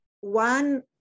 one